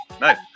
Nice